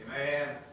Amen